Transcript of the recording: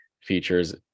Features